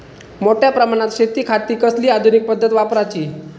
मोठ्या प्रमानात शेतिखाती कसली आधूनिक पद्धत वापराची?